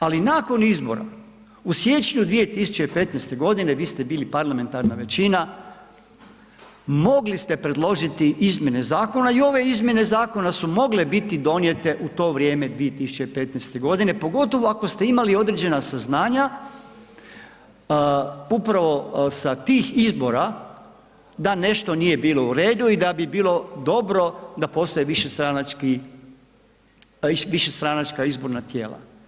Ali nakon izbora u siječnju 2015. godine vi ste bili parlamentarna većina, mogli ste predložiti izmjene zakona i ove izmjene zakona su mogle biti donijete u to vrijeme 2015. godine, pogotovo ako ste imali određena saznanja upravo sa tih izbora da nešto nije bilo uredu i da bi bilo dobro da postoje višestranačka izborna tijela.